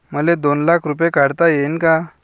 मले दोन लाख रूपे काढता येईन काय?